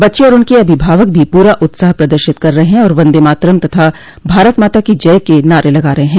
बच्चे और उनके अभिभावक भी पूरा उत्साह प्रदर्शित कर रहे हैं और वंदे मातरम तथा भारत माता की जय के नारे लगा रहे हैं